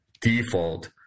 default